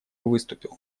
выступил